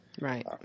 Right